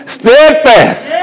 steadfast